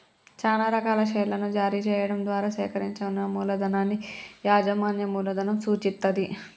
చానా రకాల షేర్లను జారీ చెయ్యడం ద్వారా సేకరించిన మూలధనాన్ని యాజమాన్య మూలధనం సూచిత్తది